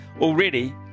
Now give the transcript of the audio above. already